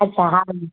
अछा हा